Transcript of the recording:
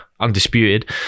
undisputed